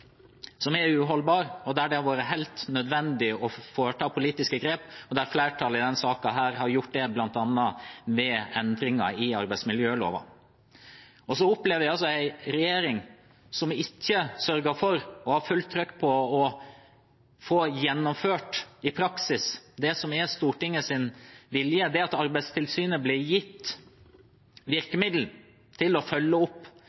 som er uholdbar, og der det har vært helt nødvendig å foreta politiske grep, noe flertallet i denne saken har gjort bl.a. med endringer i arbeidsmiljøloven. Så opplever vi altså en regjering som ikke har sørget for å ha fullt trykk på å få gjennomført i praksis det som er Stortingets vilje ved at Arbeidstilsynet blir gitt virkemiddel til å følge opp